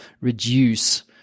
reduce